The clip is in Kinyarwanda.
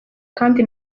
kandi